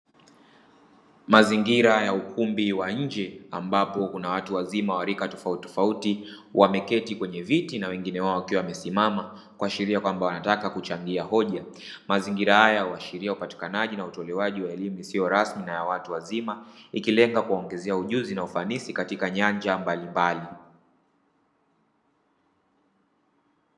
Mazingira ya ukumbi wa nje ambapo watu wazima wa rika tofautitofauti, wameketi kwenye viti na wengine wao wakiwa wamesimama kuashiria kwamba wanataka kuchangia hoja. Mazingira haya uashiria upatikanaji na utolewaji wa elimu isiyo rasmi na ya watu wazima ikilenga kuwangezea ujuzi na ufanisi katika nyanja mbalimbali.